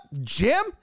Jim